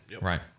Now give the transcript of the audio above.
right